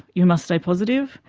you must stay positive.